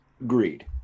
Agreed